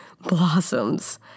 blossoms